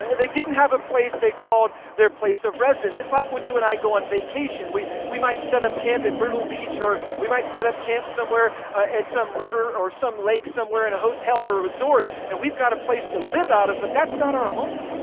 yeah they didn't have a place they called their place of residence. it's like when you and i go on vacation. we we might set up camp at myrtle beach or we might set up camp somewhere at some river or some lake somewhere, in a hotel or a resort, and we've got a place to live out of, but that's not our home.